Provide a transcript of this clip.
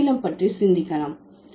நாம் ஆங்கிலம் பற்றி சிந்திக்கலாம்